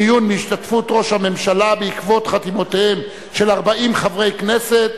דיון בהשתתפות ראש הממשלה בעקבות חתימותיהם של 40 חברי כנסת.